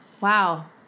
Wow